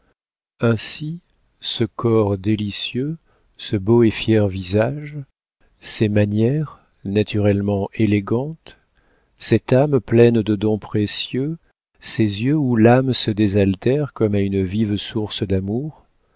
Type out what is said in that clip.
ainsi ce corps délicieux ce beau et fier visage ces manières naturellement élégantes cette âme pleine de dons précieux ces yeux où l'âme se désaltère comme à une vive source d'amour